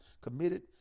committed